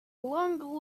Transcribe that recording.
long